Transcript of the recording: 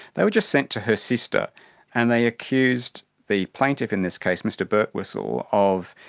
they were just sent to her sister and they accused the plaintiff in this case, mr bertwistle, of,